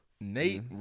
Nate